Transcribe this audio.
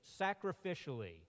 sacrificially